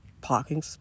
parking